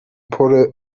پره